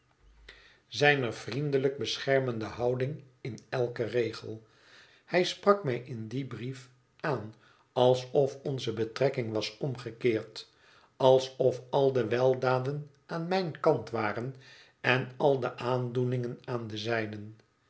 zijner vriendelijk beschermende houding in eiken regel hij sprak mij in dien brief aan alsof onze betrekking was omgekeerd alsof al de weldaden aan mijn kant waren en al de aandoeningen aan den zijnen